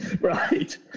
Right